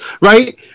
right